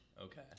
Okay